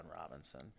Robinson